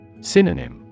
Synonym